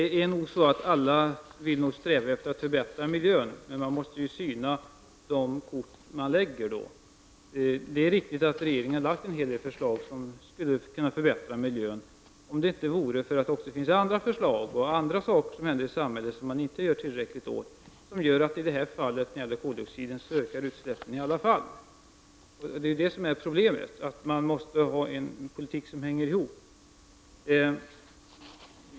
Fru talman! Alla vill nog sträva efter att förbättra miljön, men man måste syna de kort som läggs fram. Det är riktigt att regeringen har lagt fram en hel del förslag som skulle kunna förbättra miljön om det inte vore för andra förslag och andra saker som händer i samhället och som det inte görs tillräckligt åt. Dessa saker leder till att utsläppen av koldioxid ändå ökar. Problemet är att ett parti måste ha en politik som hänger ihop.